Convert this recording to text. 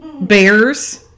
bears